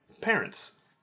parents